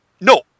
no